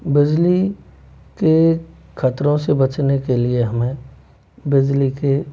बिजली के ख़तरो से बचने के लिए हमें बिजली के